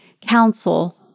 counsel